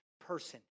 person